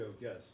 yes